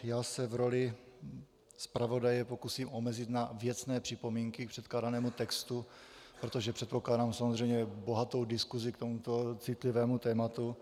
Já se v roli zpravodaje pokusím omezit na věcné připomínky k předkládanému textu, protože předpokládám samozřejmě bohatou diskusi k tomuto citlivému tématu.